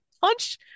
punch